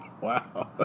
Wow